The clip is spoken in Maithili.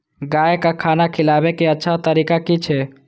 गाय का खाना खिलाबे के अच्छा तरीका की छे?